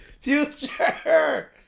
Future